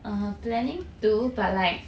err planning to but like